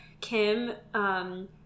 Kim –